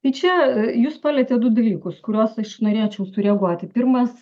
tai čia jus palietėt du dalykus kuriuos aš norėčiau sureaguoti pirmas